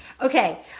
Okay